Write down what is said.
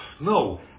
no